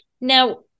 Now